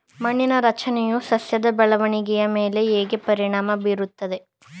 ಮಣ್ಣಿನ ರಚನೆಯು ಸಸ್ಯದ ಬೆಳವಣಿಗೆಯ ಮೇಲೆ ಹೇಗೆ ಪರಿಣಾಮ ಬೀರುತ್ತದೆ?